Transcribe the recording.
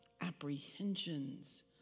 apprehensions